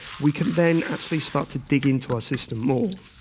we can then actually start to dig into our system more.